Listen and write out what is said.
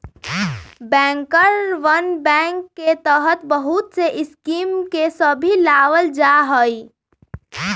बैंकरवन बैंक के तहत बहुत से स्कीम के भी लावल जाहई